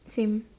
same